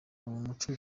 muco